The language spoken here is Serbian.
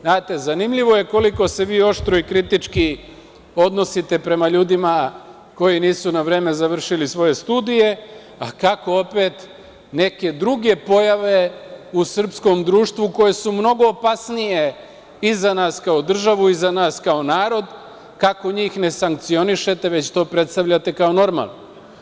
Znate, zanimljivo je koliko se vi oštro i kritički odnosite prema ljudima koji nisu na vreme završili svoje studije, a kako opet neke druge pojave u srpskom društvu koje su mnogo opasnije i za nas kao državu i za nas kao narod, kako njih ne sankcionišete, već to predstavljate kao normalno.